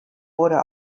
wurde